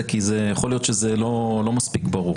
כי יכול להיות שזה לא מספיק ברור,